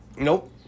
Nope